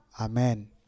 Amen